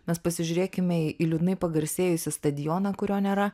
mes pasižiūrėkime į liūdnai pagarsėjusį stadioną kurio nėra